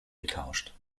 getauscht